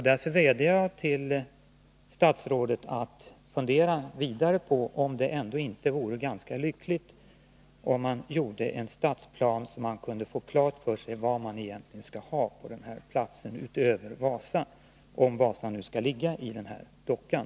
Därför vädjar jag till statsrådet att fundera vidare på om det ändå inte vore ganska lyckligt att göra en stadsplan, så att man kunde få klart för sig vad man egentligen skall ha på platsen utöver Wasa, om Wasa nu skall ligga i dockan.